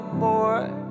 more